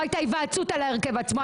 לא הייתה היוועצות על ההרכב עצמו,